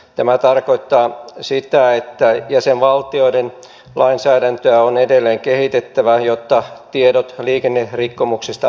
tämä tarkoittaa sitä että jäsenvaltioiden lainsäädäntöä on edelleen kehitettävä jotta tiedot liikennerikkomuksista välittyvät